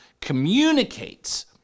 communicates